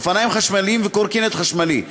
אופניים חשמליים וקורקינט חשמלי,